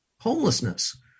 Homelessness